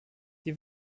die